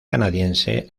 canadiense